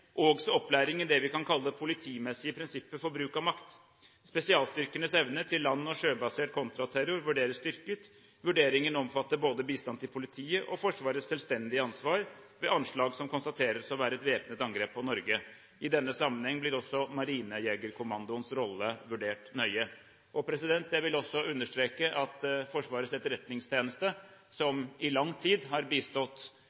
opplæring i det vi kan kalle politimessige prinsipper for bruk av makt. Spesialstyrkenes evne til land- og sjøbasert kontraterror vurderes styrket. Vurderingen omfatter både bistand til politiet og Forsvarets selvstendige ansvar ved anslag som konstateres å være et væpnet angrep på Norge. I denne sammenheng blir også Marinejegerkommandoens rolle vurdert nøye. Jeg vil også understreke at Forsvarets etterretningstjeneste,